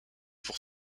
pour